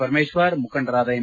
ಪರಮೇಶ್ವರ್ ಮುಖಂಡರಾದ ಎಂ